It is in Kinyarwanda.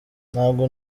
ntabwo